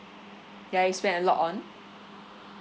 ya you spend a lot on